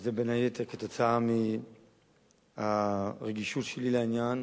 וזה בין היתר כתוצאה מהרגישות שלי לעניין,